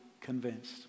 convinced